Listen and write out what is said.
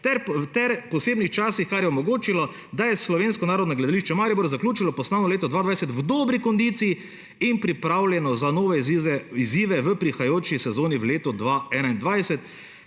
teh posebnih časih, kar je omogočilo, da je Slovensko narodno gledališče Maribor zaključilo poslovno leto 2020 v dobri kondiciji in pripravljeno za nove izzive v prihajajoči sezoni v letu 2021.